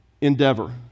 endeavor